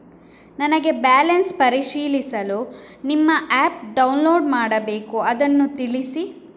ನನಗೆ ಬ್ಯಾಲೆನ್ಸ್ ಪರಿಶೀಲಿಸಲು ನಿಮ್ಮ ಆ್ಯಪ್ ಡೌನ್ಲೋಡ್ ಮಾಡಬೇಕು ಅದನ್ನು ತಿಳಿಸಿ?